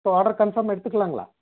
so order confirm எடுத்துகலாங்களா